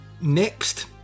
next